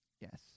Yes